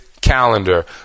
calendar